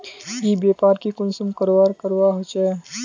ई व्यापार की कुंसम करवार करवा होचे?